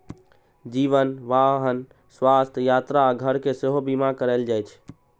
जीवन, वाहन, स्वास्थ्य, यात्रा आ घर के सेहो बीमा कराएल जाइ छै